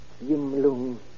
Yim-Lung